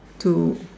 two